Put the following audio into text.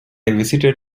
visited